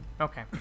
Okay